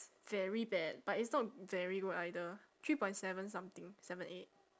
very bad but it's not very good either three point seven something seven eight